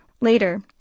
Later